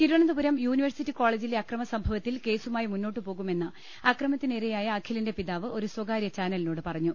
Thiruvananthapuram university കോളേജിലെ അക്രമസംഭവത്തിൽ കേസുമായി മുന്നോട്ടുപോകുമെന്ന് അക്രമത്തിനിരയായ അഖിലിന്റെ പിതാ വ് ഒരു സ്വകാര്യ ചാനലിനോട് പറഞ്ഞു